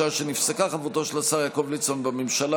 משעה שנפסקה חברותו של השר יעקב ליצמן בממשלה